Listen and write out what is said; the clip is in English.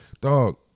Dog